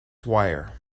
wire